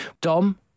Dom